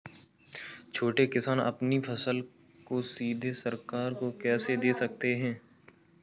छोटे किसान अपनी फसल को सीधे सरकार को कैसे दे सकते हैं?